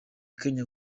kanye